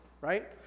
right